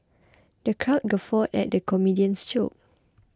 the crowd guffawed at the comedian's jokes